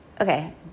okay